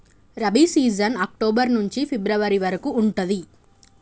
rabi season October నుంచి ఫిబ్రవరి వరకు ఉంటది